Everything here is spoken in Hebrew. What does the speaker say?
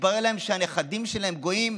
ויתברר להם שהנכדים שלהם גויים,